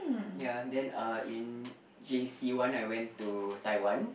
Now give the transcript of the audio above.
ya then uh in J_C one I went to Taiwan